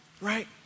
right